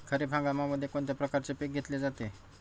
खरीप हंगामामध्ये कोणत्या प्रकारचे पीक घेतले जाते?